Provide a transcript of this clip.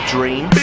Dream